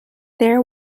there